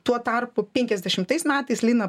tuo tarpu penkiasdešimtais metais lina